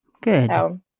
Good